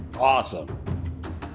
Awesome